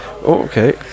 okay